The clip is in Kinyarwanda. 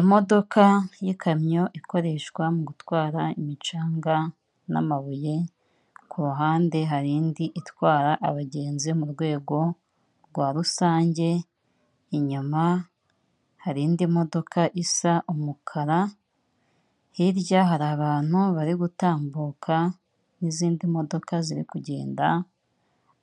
Imodoka y'ikamyo ikoreshwa mu gutwara imicanga n'amabuye, ku ruhande hari indi itwara abagenzi mu rwego rwa rusange, inyuma hari indi modoka isa umukara hirya hari abantu bari gutambuka n'izindi modoka ziri kugenda,,